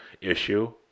issue